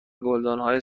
گلدانهای